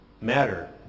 matter